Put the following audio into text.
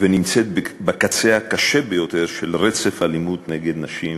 והיא נמצאת בקצה הקשה ביותר של רצף האלימות נגד נשים וגברים,